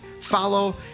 follow